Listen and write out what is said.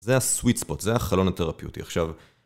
זה הסוויט ספוט, זה החלון התרפיוטי. עכשיו...